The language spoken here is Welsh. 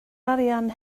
arian